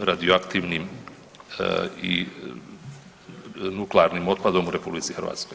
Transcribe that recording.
radioaktivnim i nuklearnim otpadom u RH.